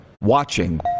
watching